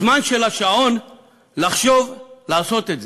הזמן של השעון לחשוב לעשות את זה.